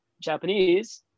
Japanese